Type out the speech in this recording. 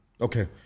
Okay